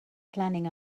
planning